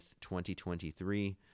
2023